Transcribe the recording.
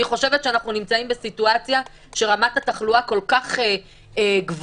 אני חושבת שאנחנו נמצאים בסיטואציה שרמת התחלואה כל-כך גבוהה,